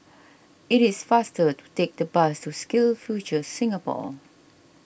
it is faster to take the bus to SkillsFuture Singapore